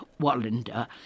Wallander